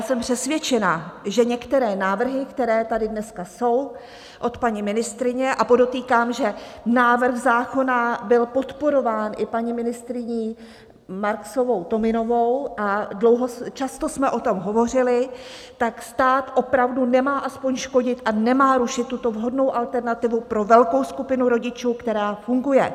Jsem přesvědčena, že některé návrhy, které tady dneska jsou od paní ministryně, a podotýkám, že návrh zákona byl podporován i paní ministryni Marksovou Tominovou a často jsme o tom hovořili, tak stát opravdu nemá aspoň škodit a nemá rušit tuto vhodnou alternativu pro velkou skupinu rodičů, která funguje.